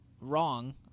wrong